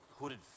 hooded